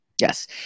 Yes